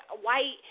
white